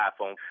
iPhone